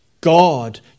God